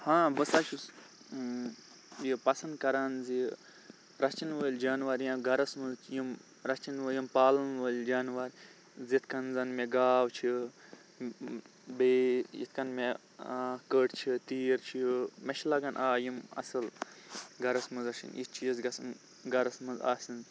ہاں بہٕ ہسا چھُس یہِ پَسَنٛد کَران زِ رَچھن وٲلۍ جانوَر یا گَرَس منٛز یِم رَچھن وألۍ یا پالَن وألۍ جانوَر یِتھٕ کٔنۍ زَن مےٚ گاو چھِ بیٚیہِ یِتھٕ کٔنۍ مےٚ کٔٹۍ چھِ تیٖرۍ چھِ مےٚ چھِ لَگان آ یِم اَصٕل گَرَس منٛز رَچھان یِتھۍ چیٖز گَژھن گَرَس منٛز آسٕنۍ